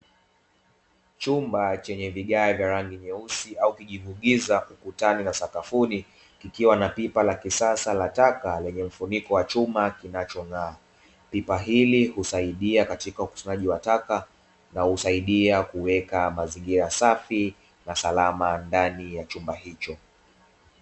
Chumba chenye vigae vya rangi nyeusi au kijivu giza ukutani na sakafuni kikiwa na pipa la kisasa la taka lenye mfuniko wa chuma kinacho ng’aa, pipa hili husaidia katika ukusanyaji wa taka na husaidia kuweka mazingira safi na salama ndani ya chumba hicho.